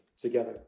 together